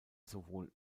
sowohl